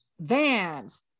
vans